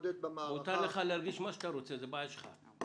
מאיר אינדור, יושב-ראש ארגון נפגעי הטרור אלמגור.